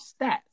stats